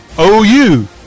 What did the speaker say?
OU